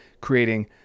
creating